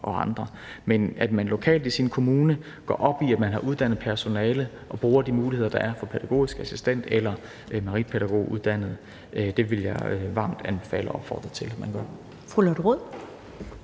Men at man lokalt i sin kommune går op i, at man har uddannet personale, og bruger de muligheder, der er for pædagogisk assistent- eller meritpædagoguddannede, vil jeg varmt anbefale og opfordre til